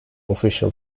official